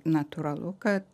natūralu kad